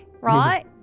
Right